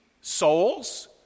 souls